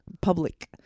Public